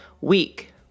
week